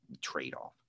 trade-off